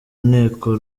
nteko